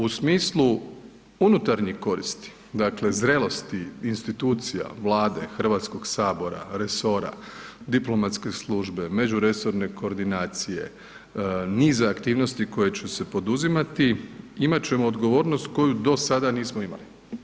U smislu unutarnje koristi, dakle zrelosti institucija Vlade, Hrvatskog sabora, resora, diplomatske službe, međuresorne koordinacije, niza aktivnosti koje će se poduzimati imat ćemo odgovornost koju do sada nismo imali.